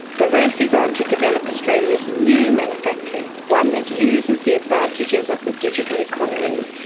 the race is on to develop australia's new manufacturing, one that uses the advantages of the digital economy,